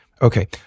Okay